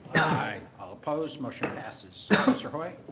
i oppose motion passes. councilor hoy,